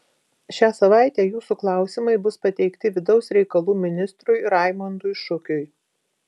šią savaitę jūsų klausimai bus pateikti vidaus reikalų ministrui raimondui šukiui